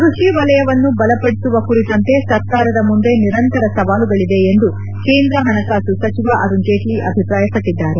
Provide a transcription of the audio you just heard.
ಕ್ಕಷಿ ವಲಯವನ್ನು ಬಲಬಡಿಸುವ ಕುರಿತಂತೆ ಸರ್ಕಾರದ ಮುಂದೆ ನಿರಂತರ ಸವಾಲುಗಳಿದೆ ಎಂದು ಕೇಂದ್ರ ಹಣಕಾಸು ಸಚಿವ ಅರುಣ್ ಜೇಟ್ಲ ಅಭಿಪ್ರಾಯಪಟ್ಟದ್ದಾರೆ